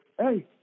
hey